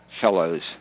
fellows